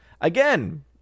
Again